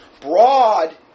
Broad